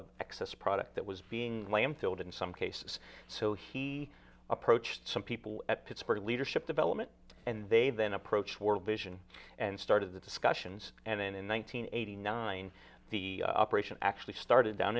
of excess product that was being lamb filled in some cases so he approached some people at pittsburgh leadership development and they then approach world vision and started the discussions and then in one thousand nine hundred eighty nine the operation actually started down